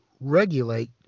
regulate